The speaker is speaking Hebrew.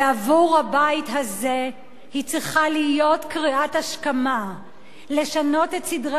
ועבור הבית הזה היא צריכה להיות קריאת השכמה לשנות את סדרי